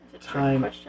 Time